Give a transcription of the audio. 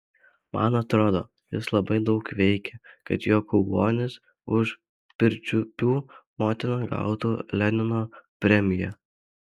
man atrodo jis labai daug veikė kad jokūbonis už pirčiupių motiną gautų lenino premiją